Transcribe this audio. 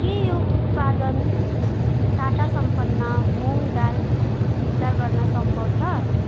के यो उत्पादन टाटा सम्पन्न मुङ दाल फिर्ता गर्न सम्भव छ